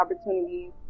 opportunities